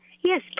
Yes